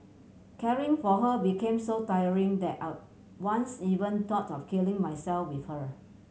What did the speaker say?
caring for her became so tiring that I once even thought of killing myself with her